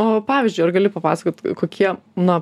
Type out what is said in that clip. o pavyzdžiui ar gali papasakot kokie na